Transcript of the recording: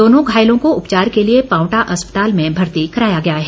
दोनों घायलों को उपचार के लिए पांवटा अस्पताल में भर्ती कराया गया है